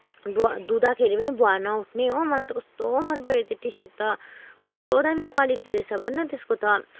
धुँदाखेरि पनि भुवा नउठने हो मलाई त कस्तो मनपऱ्यो त्यो टी सर्ट त कस्तो दामी क्वालिटी रहेछ भन्न त्यसको त